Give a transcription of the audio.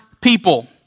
people